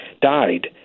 died